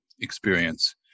experience